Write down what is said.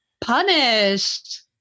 punished